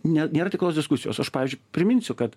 ne nėra tikros diskusijos aš pavyzdžiui priminsiu kad